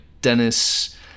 Dennis